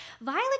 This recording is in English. violet